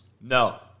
no